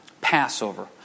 Passover